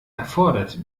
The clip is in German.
erfordert